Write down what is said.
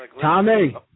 Tommy